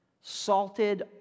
salted